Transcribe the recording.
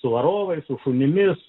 varovai su šunimis